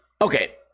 Okay